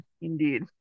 indeed